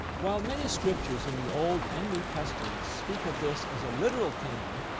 while many scriptures in the old and new testaments speak of this as a literal kingdom,